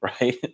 right